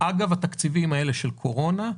אגב התקציבים האלה של הקורונה,